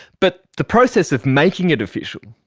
but the process of making it official,